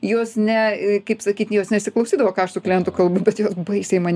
jos ne kaip sakyt jos nesiklausydavo ką aš su klientu kalbu bet jos baisiai mane